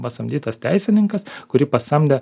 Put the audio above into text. pasamdytas teisininkas kurį pasamdė